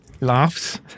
laughs